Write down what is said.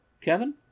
Kevin